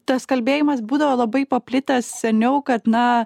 tas kalbėjimas būdavo labai paplitęs seniau kad na